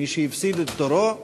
מי שהפסיד את תורו,